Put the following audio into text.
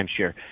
timeshare